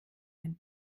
ein